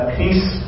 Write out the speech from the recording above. peace